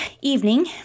evening